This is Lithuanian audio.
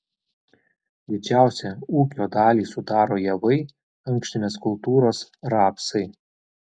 didžiausią ūkio dalį sudaro javai ankštinės kultūros rapsai